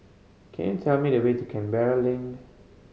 can you tell me the way to Canberra Link